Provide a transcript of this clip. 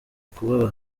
kubaba